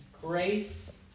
grace